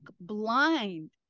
blind